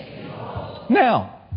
Now